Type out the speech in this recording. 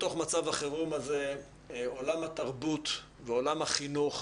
ובתוך מצב החירום הזה עולם התרבות ועולם החינוך,